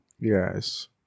Yes